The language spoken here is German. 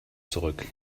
zurück